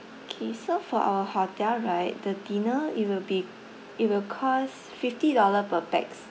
K so for our hotel right the dinner it will be it will cost fifty dollar per pax